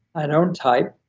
i don't type.